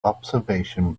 observation